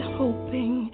hoping